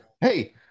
Hey